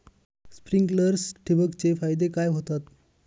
Sprinklers ठिबक चे फायदे काय होतात?